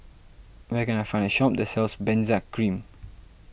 where can I find a shop that sells Benzac Cream